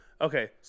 Okay